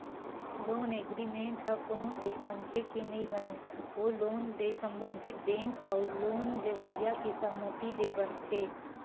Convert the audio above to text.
loan agreement ह कोनो एक मनखे के नइ बनय ओ लोन ले संबंधित बेंक अउ लोन लेवइया के सहमति ले बनथे